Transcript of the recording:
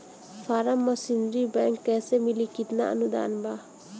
Form machinery bank कैसे मिली कितना अनुदान बा?